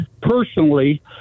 personally